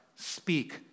Speak